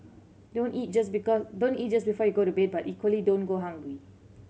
don't eat just don't eat just before you go to bed but equally don't go hungry